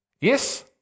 Yes